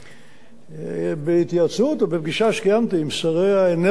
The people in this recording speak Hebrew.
בהתייעצות או בפגישה שקיימתי עם שרי האנרגיה לדורותיהם,